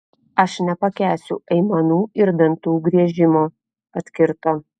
aš nepakęsiu aimanų ir dantų griežimo atkirto